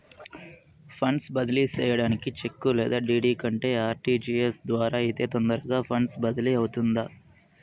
funds బదిలీ సేయడానికి cheque లేదా డీ.డీ కంటే ఆర్.టి.జి.ఎస్ ద్వారా అయితే తొందరగా ఫండ్స్ బదిలీ అవుతుందా